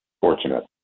fortunate